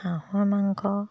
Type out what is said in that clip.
হাঁহৰ মাংস